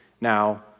Now